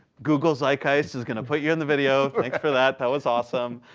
google zeitgeist is going to put you in the video. thanks for that. that was awesome.